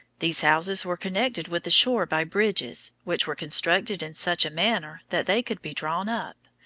these houses were connected with the shore by bridges, which were constructed in such a manner that they could be drawn up,